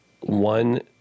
one